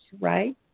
right